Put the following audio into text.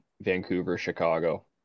Vancouver-Chicago